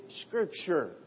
scripture